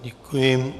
Děkuji.